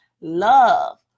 love